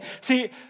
See